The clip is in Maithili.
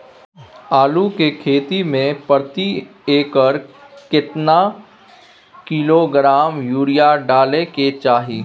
आलू के खेती में प्रति एकर केतना किलोग्राम यूरिया डालय के चाही?